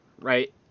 Right